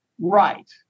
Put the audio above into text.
Right